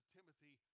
Timothy